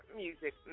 music